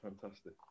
fantastic